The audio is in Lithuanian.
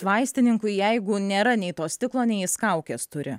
vaistininkui jeigu nėra nei to stiklo nei jis kaukės turi